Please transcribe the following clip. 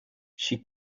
she